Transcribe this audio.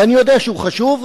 ואני יודע שהוא חשוב,